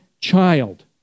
child